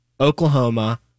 Oklahoma